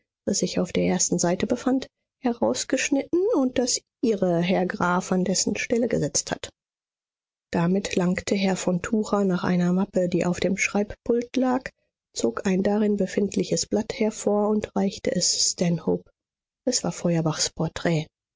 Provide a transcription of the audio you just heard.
sich auf der ersten seite befand herausgeschnitten und das ihre herr graf an dessen stelle gesetzt hat damit langte herr von tucher nach einer mappe die auf dem schreibpult lag zog ein darin befindliches blatt hervor und reichte es stanhope es war